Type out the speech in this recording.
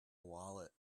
wallet